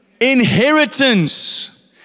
inheritance